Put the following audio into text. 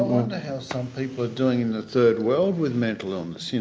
um and how some people are doing in the third world with mental illness,